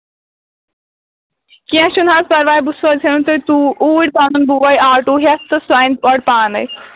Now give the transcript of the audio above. کیٚنہہ چھُنہٕ حظ پَرواے بہٕ سوزہیونَے تُہۍ توٗ اوٗرۍ پَنُن بوے آٹوٗ ہٮ۪تھ تہٕ سُہ اَنہِ گۄڈٕ پانَے